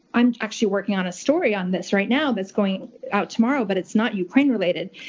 i'm actually working on a story on this right now that's going out tomorrow, but it's not ukraine-related.